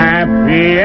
Happy